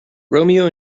romeo